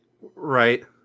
Right